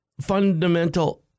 fundamental